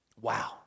Wow